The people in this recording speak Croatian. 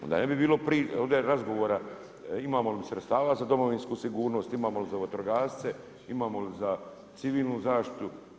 Onda ne bi bilo ovdje razgovora imamo li sredstva za Domovinsku sigurnost, imamo li za vatrogasce, imamo li za civilnu zaštitu.